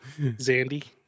Zandy